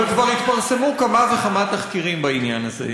אבל כבר התפרסמו כמה וכמה תחקירים בעניין הזה.